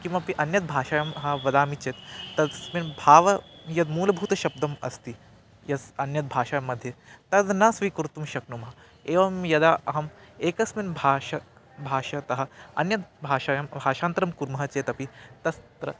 किमपि अन्यद्भाषायाम् अहं वदामि चेत् तस्मिन् भावः यद् मूलभूतशब्दः अस्ति यस्य अन्यद्भाषायां मध्ये तद् न स्वीकर्तुं शक्नुमः एवं यदा अहम् एकस्मिन् भाषा भाषातः अन्यद् भाषायां भाषान्तरं कुर्मः चेत् अपि तत्र